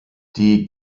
die